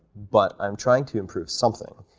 but i'm trying to improve something.